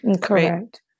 Correct